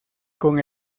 con